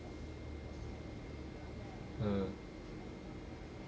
ah